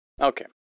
Okay